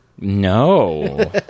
No